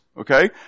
okay